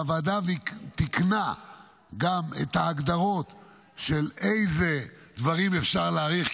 הוועדה תיקנה גם את ההגדרות של איזה דברים אפשר להאריך,